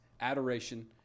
adoration